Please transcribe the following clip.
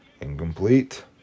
incomplete